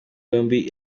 yombi